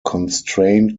constraint